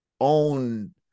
own